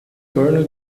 torno